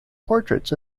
portraits